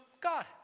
God